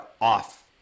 off